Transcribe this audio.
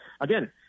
again